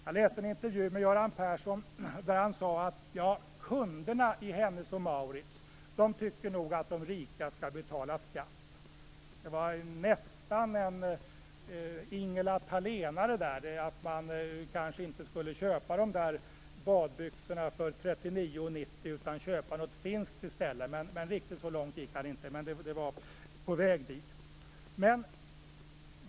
Jag läste en intervju med Göran Persson där han sade att kunderna hos Hennes & Mauritz nog tycker att de rika skall betala skatt. Det var nästan en "Ingela Thalénare" - dvs. man skulle kanske inte köpa badbyxorna för 39:90 kr utan köpa något finskt i stället. Riktigt så långt gick inte Göran Persson, men det var på väg ditåt.